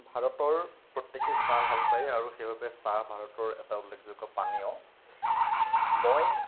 ভাৰতৰ প্ৰত্যেকে চাহ ভাল পাই আৰু সেইবাবে চাহ ভাৰতৰ এটা উল্লেখযোগ্য পানীয় মই